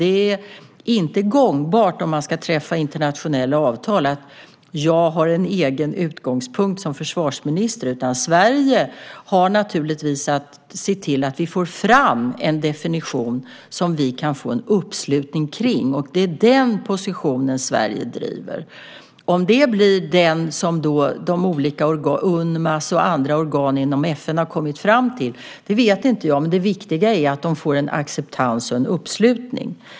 Det är inte gångbart, om man ska träffa internationella avtal, att jag har en egen utgångspunkt som försvarsminister. Sverige har naturligtvis att se till att vi får fram en definition som vi kan få en uppslutning kring, och det är den positionen Sverige driver. Om det blir den definition som Unmas och andra organ inom FN har kommit fram till vet inte jag, men det viktiga är att den får en acceptans och en uppslutning.